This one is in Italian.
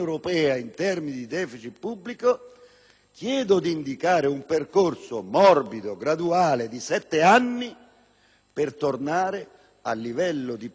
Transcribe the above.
chiedo di indicare un percorso morbido, graduale, di sette anni, per tornare al livello di pressione fiscale che il centrodestra